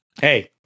Hey